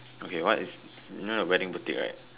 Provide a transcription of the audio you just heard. okay what is you know the wedding boutique right